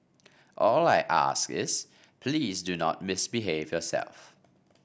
all I ask is please do not misbehave yourself